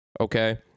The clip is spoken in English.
okay